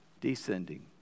descending